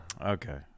okay